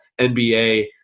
NBA